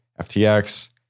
FTX